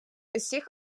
усіх